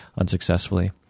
unsuccessfully